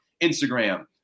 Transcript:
Instagram